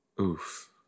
Oof